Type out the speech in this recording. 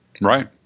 Right